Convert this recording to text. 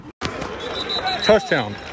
Touchdown